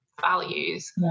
values